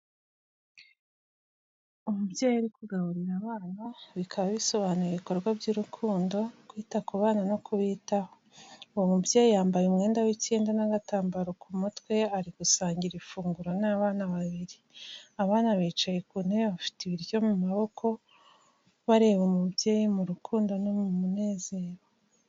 Umubyeyi uri kugaburira abana, bikaba bisobanuye ibikorwa by'urukundo, kwita ku bana no kubitaho. Uwo mubyeyi yambaye umwenda w'icyenda n'agatambaro ku mutwe ari gusangira ifunguro n'abana babiri. Abana bicaye ku ntebe bafite ibiryo mu maboko, bareba umubyeyi mu rukundo no mu munezero.